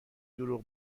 دروغ